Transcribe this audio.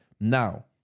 now